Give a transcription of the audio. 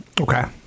Okay